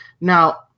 Now